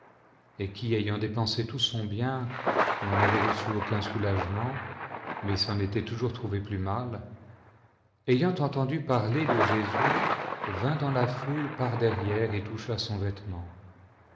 et qui ayant dépensé tout son bien n'en avait reçu aucun soulagement mais s'en était toujours trouvée plus mal ayant entendu parler de jésus vint dans la foule par derrière et toucha son vêtement